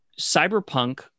cyberpunk